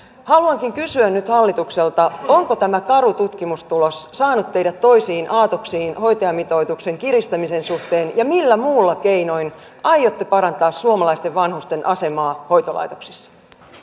haluankin kysyä nyt hallitukselta onko tämä karu tutkimustulos saanut teidät toisiin aatoksiin hoitajamitoituksen kiristämisen suhteen ja millä muulla keinoin aiotte parantaa suomalaisten vanhusten asemaa hoitolaitoksissa